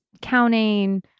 counting